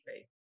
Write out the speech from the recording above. faith